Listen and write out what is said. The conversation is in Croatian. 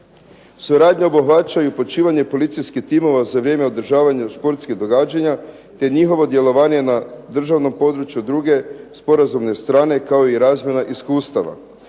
Suradnja obuhvaća i upućivanje policijskih timova za vrijeme održavanja športskih događanja te njihovo djelovanje na državnom području druge sporazumne strane, kao i razmjena iskustava.